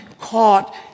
caught